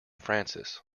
francis